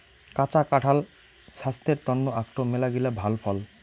কাঁচা কাঁঠাল ছাস্থের তন্ন আকটো মেলাগিলা ভাল ফল